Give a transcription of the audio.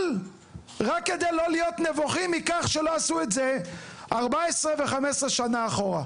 רק כדי לא להיות נבוכים מכך שלא עשו את זה 14 ו-16 שנה אחורה.